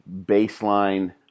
baseline